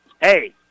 Hey